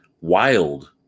wild